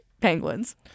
Penguins